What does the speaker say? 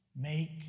make